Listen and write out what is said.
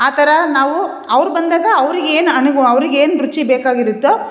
ಆ ಥರ ನಾವು ಅವ್ರು ಬಂದಾಗ ಅವ್ರಿಗೆ ಏನು ಅನುಗು ಅವ್ರಿಗೆ ಏನು ರುಚಿ ಬೇಕಾಗಿರುತ್ತೊ